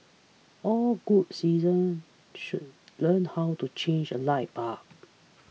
all good citizens should learn how to change a light bulb